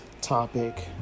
topic